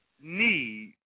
need